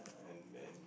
and and